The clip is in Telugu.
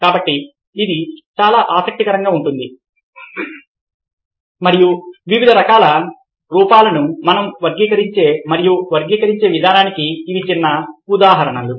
కాబట్టి ఇది చాలా ఆసక్తికరంగా ఉంటుంది మరియు వివిధ రకాల రూపాలను మనం వర్గీకరించే మరియు వర్గీకరించే విధానానికి ఇవి చిన్న ఉదాహరణలు